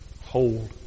Hold